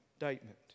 indictment